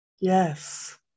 Yes